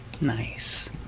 nice